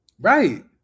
Right